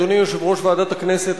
אדוני יושב-ראש ועדת הכנסת,